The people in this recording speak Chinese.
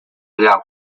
资料库